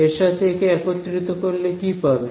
এর সাথে একে একত্রিত করলে কি পাবে